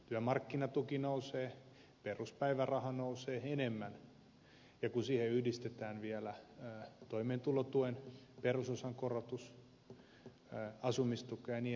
työmarkkinatuki nousee peruspäiväraha nousee enemmän ja kun siihen yhdistetään vielä toimeentulotuen perusosan korotus asumistuen ja niin edelleen